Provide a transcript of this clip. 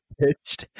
pitched